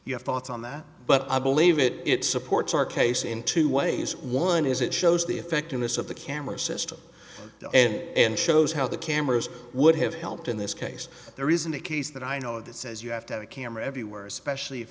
have thoughts on that but i believe it it supports our case in two ways one is it shows the effectiveness of the camera system and shows how the cameras would have helped in this case there isn't a case that i know that says you have to have a camera everywhere especially if